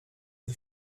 the